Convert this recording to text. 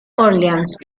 orleans